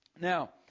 Now